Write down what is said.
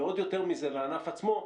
ועוד יותר מזה לענף עצמו,